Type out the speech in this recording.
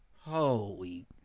holy